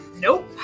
Nope